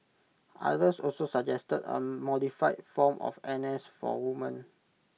others also suggested A modified form of N S for women